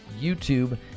YouTube